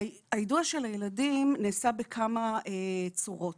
היידוע של הילדים נעשה בכמה צורות